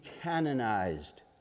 canonized